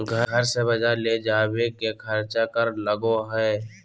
घर से बजार ले जावे के खर्चा कर लगो है?